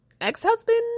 ex-husband